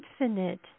infinite